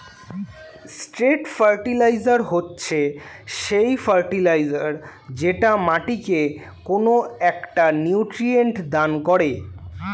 straight fertiliser হচ্ছে সেই fertiliser যেটা মাটিকে কোনো একটা নিউট্রিয়েন্ট দান করে